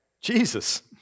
Jesus